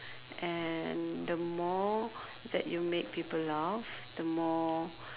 and the more that you make people laugh the more